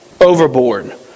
Overboard